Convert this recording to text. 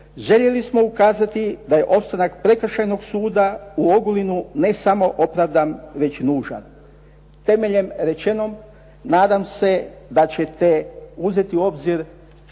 željeli smo ukazati da je opstanak Prekršajnog suda u Ogulinu ne samo opravdan već nužan. Temeljem rečenog nadam se da ćete uzeti u obzir obrazloženje